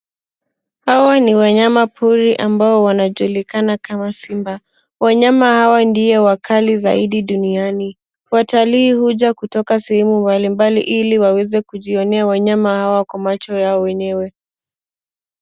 Hawa ni wanyama pori wanaojulikana kama simba. Wanyama hawa ndio wakali duniani. Watalii huja kutoka sehemu mbalimbali ili kuwaangalia wanyama hawa kwa macho yao wenyewe.